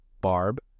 Barb